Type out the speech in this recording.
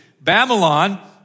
Babylon